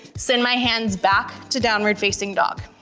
send my hands back to downward facing dog.